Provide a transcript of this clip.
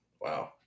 Wow